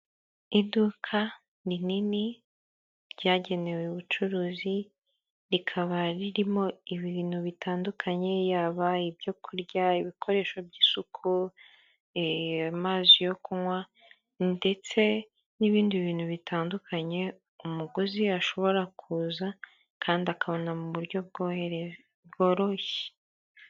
Iduka rinini ryagenewe ubucuruzi rikaba, ririmo ibintu bitandukanye, yaba ibyo kurya ibikoresho by'isuku, amazi yo kunywa ndetse n'ibindi bintu bitandukanye umuguzi ashobora kuza kandi akabona mu buryo bworoshye.